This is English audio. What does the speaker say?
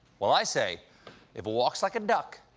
well, i say if it walks like a duck,